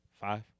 Five